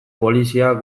poliziak